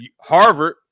Harvard